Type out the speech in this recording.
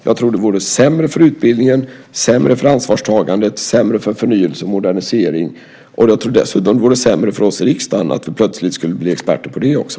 Jag tror att det vore sämre för utbildningen, sämre för ansvarstagandet och sämre för förnyelse och modernisering. Jag tror dessutom att det vore sämre för oss i riksdagen att vi plötsligt skulle bli experter på det också.